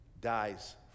dies